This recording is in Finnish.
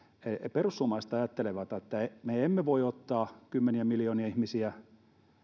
perussuomalaiset ajattelevat että me emme voi ottaa kymmeniä miljoonia ihmisiä